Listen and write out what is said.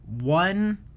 one